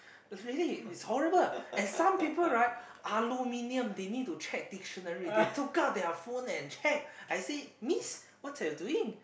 really it's horrible and some people right aluminium they need to check dictionary they took out their phone and check I said Miss what are you doing